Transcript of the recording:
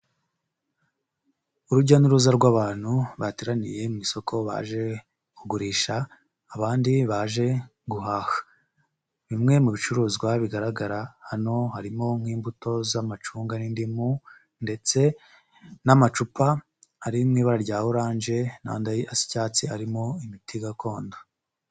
Urujya n'uruza rw'abantu bateraniye mu isoko baje kugurisha abandi baje guhaha, bimwe mu bicuruzwa bigaragara hano harimo nk'imbuto z'amacunga n'indimu ndetse n'amacupa ari mu ibara rya oranje n'andi asa icyatsi arimo imiti gakondo.